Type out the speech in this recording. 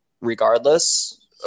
regardless